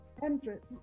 hundreds